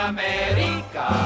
America